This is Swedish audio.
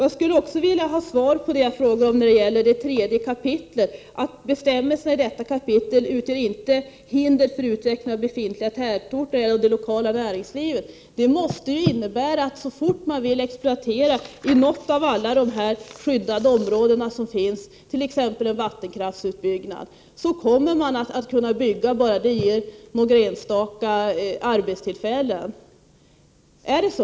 Jag skulle också vilja ha svar på det jag frågade om när det gäller det tredje kapitlet i naturresurslagen. Där står: ”Bestämmelserna i detta kapitel utgör inte hinder för utvecklingen av befintliga tätorter eller av det lokala näringslivet ———.” Det måste innebära att man, så fort man vill exploatera i något av alla de skyddade områden som finns, t.ex. göra en vattenkraftsutbyggnad, kommer att kunna bygga, bara det ger några enstaka arbetstillfällen. Är det så?